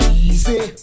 easy